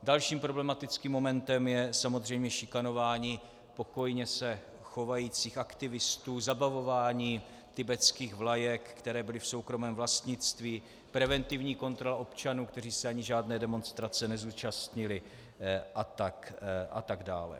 Dalším problematickým momentem je samozřejmě šikanování pokojně se chovajících aktivistů, zabavování tibetských vlajek, které byly v soukromém vlastnictví, preventivní kontrola občanů, kteří se ani žádné demonstrace nezúčastnili, atd.